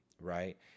right